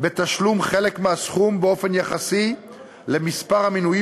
בתשלום חלק מהסכום באופן יחסי למספר המנויים